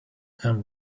and